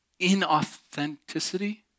inauthenticity